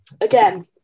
again